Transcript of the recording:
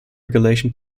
regulation